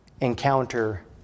encounter